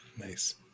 Nice